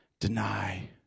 deny